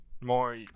More